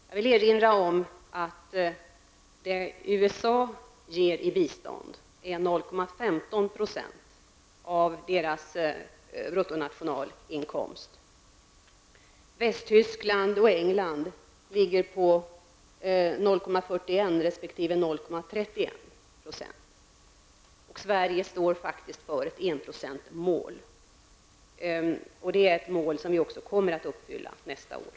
Jag vill erinra om att det som USA ger i bistånd är 0,15 % av deras bruttonationalinkomst, medan Västtyskland och England ger 0,41 resp. 0,31 %. Sverige står faktiskt för ett enprocentsmål, och det är ett mål som vi också kommer att uppfylla nästa år.